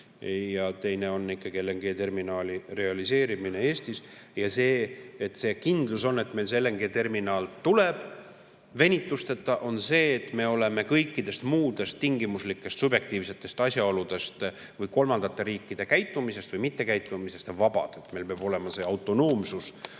[lahendus] on ikkagi LNG‑terminali realiseerimine Eestis. Ja see kindlus, et meil see LNG‑terminal tuleb venitusteta, on see, et me oleme kõikidest muudest tingimuslikest subjektiivsetest asjaoludest ning kolmandate riikide käitumisest või mittekäitumisest vabad. Meil peab olema autonoomsus